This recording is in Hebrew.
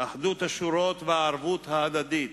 אחדות השורות והערבות ההדדית